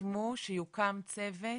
סיכמו שיוקם צוות